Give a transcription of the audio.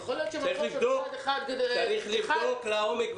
יכול להיות שהם הלכו עכשיו צעד אחד מיותר --- צריך לבדוק לעומק.